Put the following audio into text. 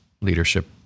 leadership